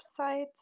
website